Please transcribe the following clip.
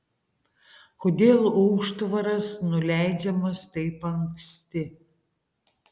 kodėl užtvaras nuleidžiamas taip anksti